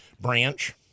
branch